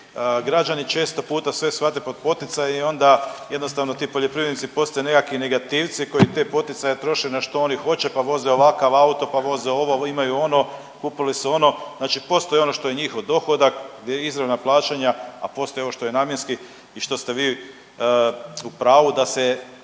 građani često puta sve shvate pod poticaje i onda jednostavno ti poljoprivrednici postaju nekakvi negativci koji te poticaje troše na što oni hoće, pa voze ovakav auto, pa voze ovo, imaju ono, kupili su ono znači postoji ono što je njihov dohodak, gdje izravna plaćanja, a postoji ovo što je namjenski i što ste vi u pravu da se